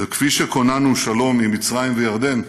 וכפי שכוננו שלום עם מצרים וירדן,